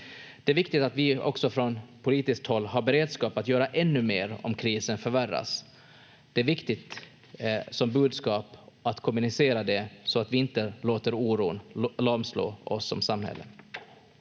Det är viktigt att vi också från politiskt håll har beredskap att göra ännu mer om krisen förvärras. Det är ett viktigt budskap att kommunicera det, så att vi inte låter oron lamslå oss som samhälle.